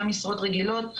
גם משרות רגילות.